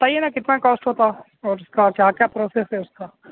بتائے نا کتنا کاسٹ ہوتا اور اس کا کیا کیا پروسس ہے اس کا